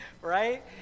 right